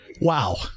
wow